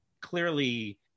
clearly